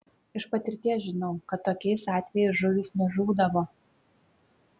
iš patirties žinau kad tokiais atvejais žuvys nežūdavo